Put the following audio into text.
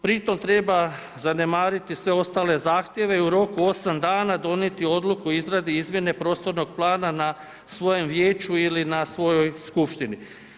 Pri tom treba zanemariti sve ostale zahtjeve i u roku 8 dana donijeti odluku o izradi izmjene prostornog plana na svojem vijeću ili na svojoj skupštini.